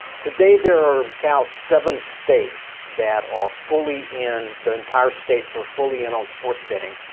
today there are about seven states that are fully in the entire states are fully in on sports betting.